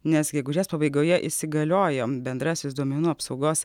nes gegužės pabaigoje įsigaliojo bendrasis duomenų apsaugos